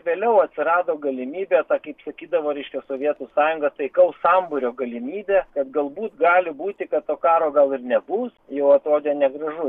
vėliau atsirado galimybė ta kaip sakydavo reiškia sovietų sąjunga taikaus sambūrio galimybė kad galbūt gali būti kad to karo gal ir nebus jau atrodė negražu